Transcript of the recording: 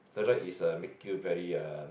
steroid is uh make you very uh